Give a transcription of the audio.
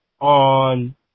on